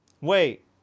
Wait